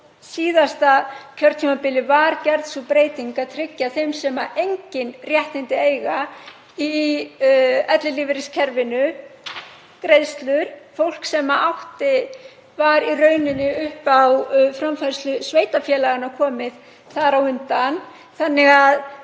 síðasta kjörtímabili var gerð sú breyting að tryggja þeim sem engin réttindi eiga í ellilífeyriskerfinu greiðslur, fólki sem var í rauninni upp á framfærslu sveitarfélaganna komið þar á undan. Mér